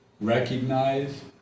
recognize